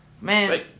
Man